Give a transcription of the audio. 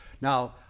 Now